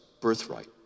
birthright